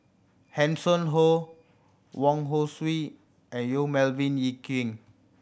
Hanson Ho Wong Hong Suen and Yong Melvin Yik Chye